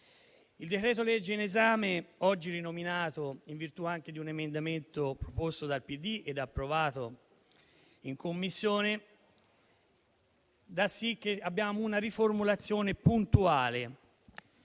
Il decreto-legge in esame, oggi rinominato in virtù anche di un emendamento proposto dal Partito Democratico ed approvato in Commissione, fa sì che noi abbiamo una riformulazione puntuale.